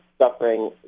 suffering